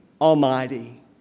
Almighty